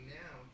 now